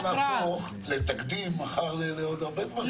-- כי זה יכול להפוך לתקדים מחר לעוד הרבה דברים.